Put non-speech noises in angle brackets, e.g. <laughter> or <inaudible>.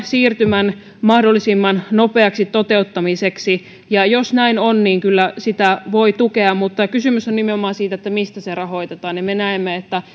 siirtymän mahdollisimman nopeaksi toteuttamiseksi ja jos näin on niin kyllä sitä voi tukea mutta kysymyshän on nimenomaan siitä mistä se rahoitetaan me näemme että <unintelligible>